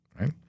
right